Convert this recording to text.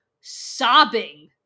sobbing